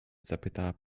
zapytała